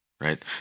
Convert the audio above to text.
right